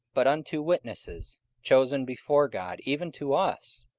but unto witnesses chosen before god, even to us,